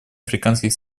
африканских